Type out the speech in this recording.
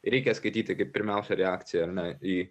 reikia skaityti kaip pirmiausia reakciją ar ne į